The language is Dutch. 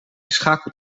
schakelt